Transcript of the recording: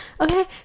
okay